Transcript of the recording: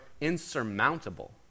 insurmountable